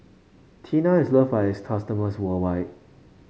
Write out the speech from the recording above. Tena is loved by its customers worldwide